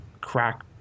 crack